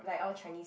like all Chinese